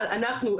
אבל אנחנו,